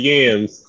Yams